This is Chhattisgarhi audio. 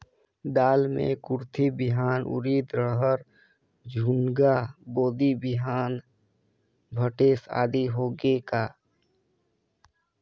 दाल मे कुरथी बिहान, उरीद, रहर, झुनगा, बोदी बिहान भटेस आदि होगे का?